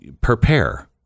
prepare